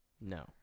No